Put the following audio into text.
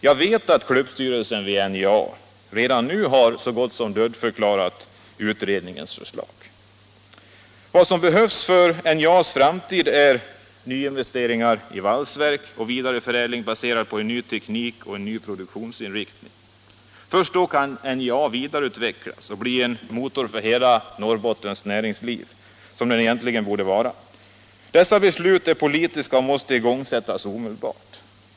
Jag vet att klubbstyrelsen vid NJA redan nu har dödförklarat utredningens förslag. Vad som behövs för NJA:s framtid är nyinvesteringar i valsverk och vidareförädling, baserad på en ny teknik med en ny produktionsinriktning. Först då kan NJA vidareutvecklas och bli den motor i hela Norrbottens näringsliv som det borde vara. Dessa beslut är politiska och måste förverkligas omedelbart.